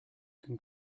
can